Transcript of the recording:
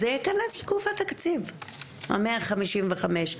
אז זה ייכנס לגוף התקציב, המאה חמישים וחמש.